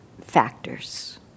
factors